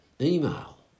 email